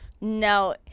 No